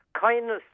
kindness